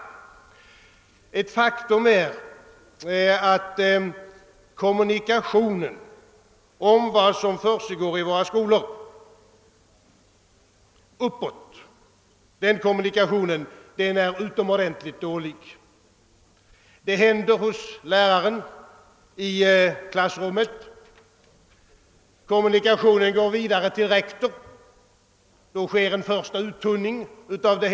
Det är ett faktum att kommunikationerna uppåt om det som händer i våra skolor är mycket dåliga. Om någonting inträffar i klassrummet, så går kommunikationen härom vidare till rektor, och därvid sker en första uttunning av vad som hänt.